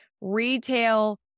retail